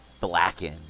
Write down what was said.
blackened